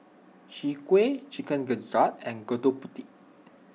Chwee Kueh Chicken Gizzard and Gudeg Putih